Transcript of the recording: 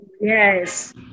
Yes